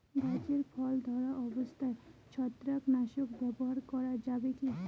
গাছে ফল ধরা অবস্থায় ছত্রাকনাশক ব্যবহার করা যাবে কী?